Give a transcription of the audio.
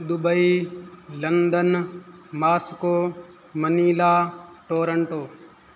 Dubai London Moscow Manila Toronto